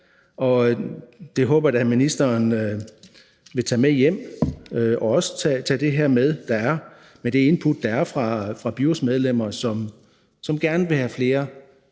og det håber jeg da ministeren vil tage med hjem, og også tager det input med, der er fra byrådsmedlemmer, som gerne vil have flere